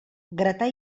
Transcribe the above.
gratar